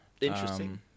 Interesting